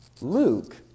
Luke